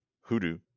hoodoo